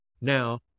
Now